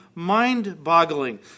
mind-boggling